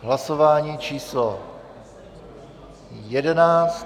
Hlasování číslo 11.